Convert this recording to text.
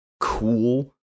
cool